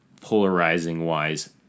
polarizing-wise